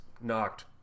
knocked